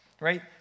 Right